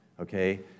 okay